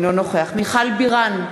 אינו נוכח מיכל בירן,